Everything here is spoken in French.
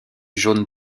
jaune